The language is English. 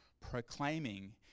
proclaiming